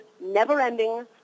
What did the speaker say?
never-ending